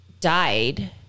died